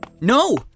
No